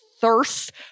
thirst